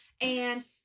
and-